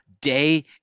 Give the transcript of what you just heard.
day